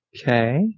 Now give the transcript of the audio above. Okay